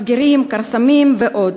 מסגרים, כרסמים ועוד.